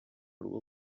rwo